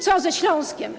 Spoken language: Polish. Co ze Śląskiem?